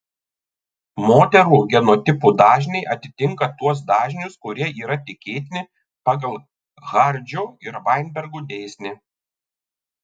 moterų genotipų dažniai atitinka tuos dažnius kurie yra tikėtini pagal hardžio ir vainbergo dėsnį